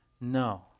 No